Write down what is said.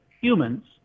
humans